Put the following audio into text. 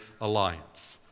Alliance